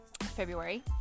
February